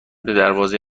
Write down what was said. دروازه